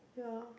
ya